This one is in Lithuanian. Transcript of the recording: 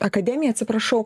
akademiją atsiprašau